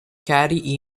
cary